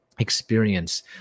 experience